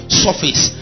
surface